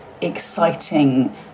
exciting